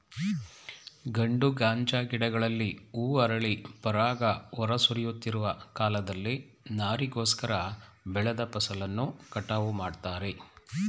ಗಂಡು ಗಾಂಜಾ ಗಿಡಗಳಲ್ಲಿ ಹೂ ಅರಳಿ ಪರಾಗ ಹೊರ ಸುರಿಯುತ್ತಿರುವ ಕಾಲದಲ್ಲಿ ನಾರಿಗೋಸ್ಕರ ಬೆಳೆದ ಫಸಲನ್ನು ಕಟಾವು ಮಾಡ್ತಾರೆ